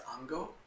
Ango